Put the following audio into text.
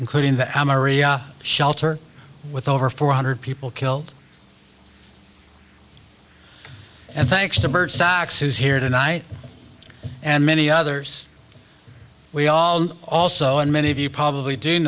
including the shelter with over four hundred people killed and thanks to bird saxes here tonight and many others we all also and many of you probably do